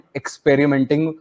experimenting